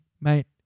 mate